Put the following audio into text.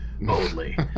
boldly